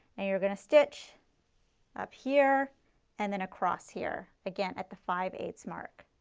and you are going to stitch up here and then across here, again at the five eight ths mark.